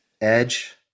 Edge